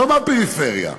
לא מהפריפריה.